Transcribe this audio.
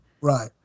Right